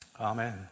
Amen